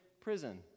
prison